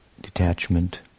detachment